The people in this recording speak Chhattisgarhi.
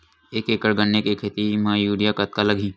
एक एकड़ गन्ने के खेती म यूरिया कतका लगही?